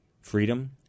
freedom